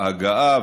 ההגעה,